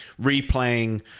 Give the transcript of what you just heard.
replaying